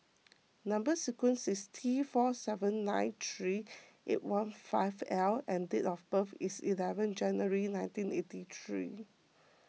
Number Sequence is T four seven nine three eight one five L and date of birth is eleventh January nineteen eighty three